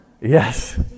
Yes